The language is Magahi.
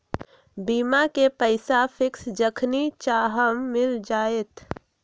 बीमा के पैसा फिक्स जखनि चाहम मिल जाएत?